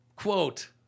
Quote